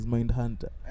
Mindhunter